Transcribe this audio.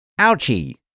Ouchie